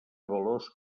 veloç